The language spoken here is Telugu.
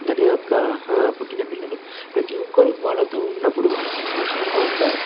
తన యొక్క పుట్టిన పిల్లలు ప్రతి ఒక్కరు వాళ్ళతో ఉన్నప్పుడు సంతోషంగా ఉంటారు